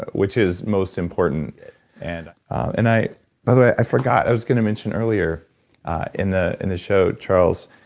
which is most important and and i i forgot. i was going to mention earlier in the in the show, charles,